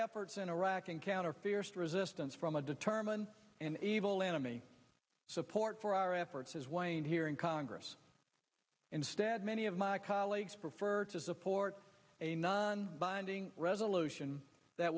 efforts in iraq encounter fierce resistance from a determined and evil enemy support for our efforts is why i'm here in congress instead many of my colleagues prefer to support a non binding resolution that